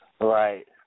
Right